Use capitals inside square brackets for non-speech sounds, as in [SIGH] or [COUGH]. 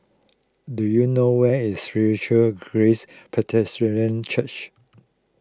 do you know where is Spiritual Grace [UNINTELLIGIBLE] Church